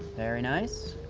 very nice.